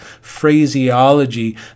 phraseology